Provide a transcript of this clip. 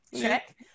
Check